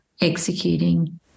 executing